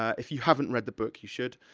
ah if you haven't read the book, you should.